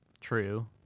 True